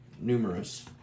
numerous